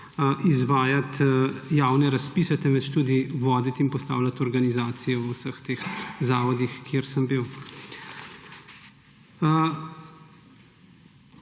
izvajati javnih razpisov, temveč tudi voditi in postavljati organizacije v vseh teh zavodih, kjer sem bil.